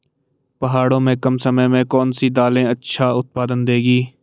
पहाड़ों में कम समय में कौन सी दालें अच्छा उत्पादन देंगी?